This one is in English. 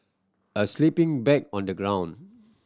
a sleeping bag on the ground